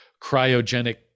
cryogenic